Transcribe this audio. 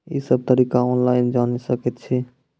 ई सब तरीका ऑनलाइन जानि सकैत छी?